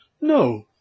No